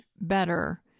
better